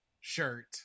shirt